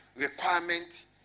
requirement